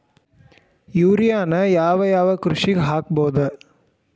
ಯೂರಿಯಾನ ಯಾವ್ ಯಾವ್ ಕೃಷಿಗ ಹಾಕ್ಬೋದ?